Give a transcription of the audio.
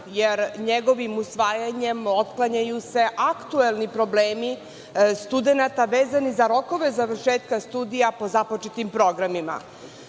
jer njegovim usvajanjem se otklanjaju aktuelni problemi studenata vezanih za rokove završetka studija po započetim programima. Čuli